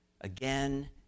again